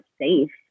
safe